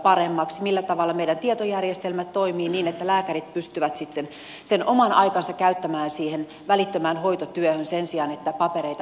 millä tavalla meidän tietojärjestelmät toimivat niin että lääkärit pystyvät sitten sen oman aikansa käyttämään siihen välittömään hoitotyöhön sen sijaan että papereita pyöritellään